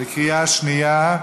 בקריאה שנייה.